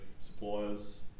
suppliers